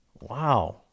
Wow